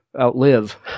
outlive